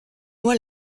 moi